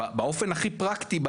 באופן הכי פרקטי,